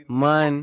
man